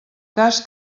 cas